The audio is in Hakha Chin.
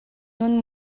nun